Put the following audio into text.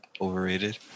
Overrated